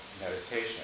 meditation